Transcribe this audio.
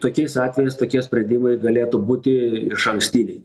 tokiais atvejais tokie sprendimai galėtų būti išankstiniai